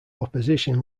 opposition